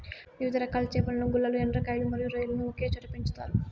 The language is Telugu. వివిధ రకాల చేపలను, గుల్లలు, ఎండ్రకాయలు మరియు రొయ్యలను ఒకే చోట పెంచుతారు